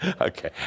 Okay